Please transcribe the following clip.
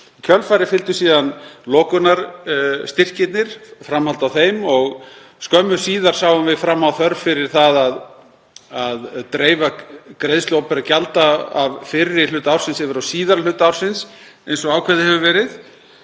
kjölfarið fylgdu síðan lokunarstyrkirnir, framhald á þeim, og skömmu síðar sáum við fram á þörf fyrir að dreifa greiðslu opinberra gjalda af fyrri hluta ársins yfir á síðari hluta ársins eins og ákveðið hefur verið.